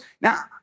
Now